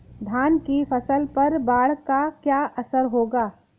धान की फसल पर बाढ़ का क्या असर होगा?